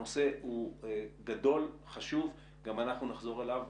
הנושא גדול, חשוב, גם אנחנו נחזור עליו.